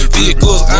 Vehicles